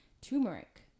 turmeric